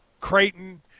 Creighton